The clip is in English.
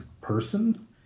person